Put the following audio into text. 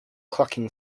clucking